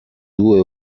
due